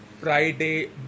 Friday